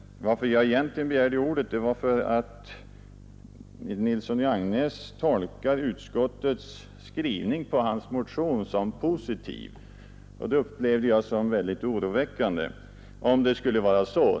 Att jag begärde ordet beror egentligen på att herr Nilsson i Agnäs tolkade utskottets skrivning rörande motionen som positiv. Jag upplever det som oroväckande, om det skulle vara så.